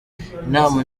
inama